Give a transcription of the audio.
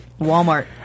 Walmart